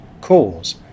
cause